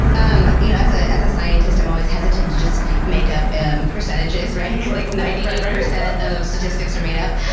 um you know as ah as a scientist, i'm always hesitant to just make up any and percentages, right? because like ninety eight percent of statistics are made up.